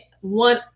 one